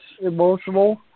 emotional